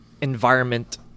environment